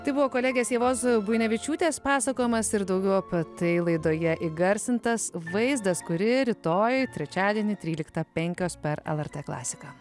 tai buvo kolegės ievos buinevičiūtės pasakojimas ir daugiau apie tai laidoje įgarsintas vaizdas kurį rytoj trečiadienį tryliktą penkios per lrt klasiką